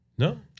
No